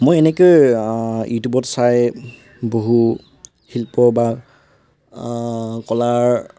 মই এনেকৈ ইউটিউবত চাই বহু শিল্প বা কলাৰ